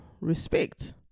respect